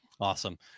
Awesome